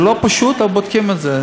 זה לא פשוט, אבל בודקים את זה.